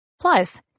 Plus